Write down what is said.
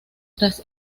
tras